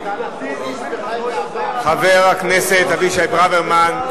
חבר הכנסת אבישי ברוורמן.